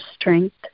strength